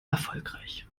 erfolgreich